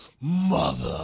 mother